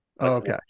Okay